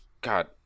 God